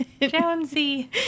Jonesy